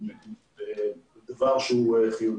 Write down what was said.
זה דבר שהוא חיוני.